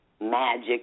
magic